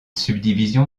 subdivision